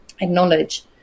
acknowledge